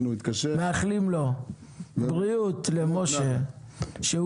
אנחנו מאחלים בריאות למשה ארבל,